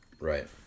Right